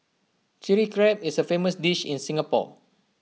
Chilli Crab is A famous dish in Singapore